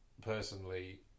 personally